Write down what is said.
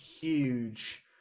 huge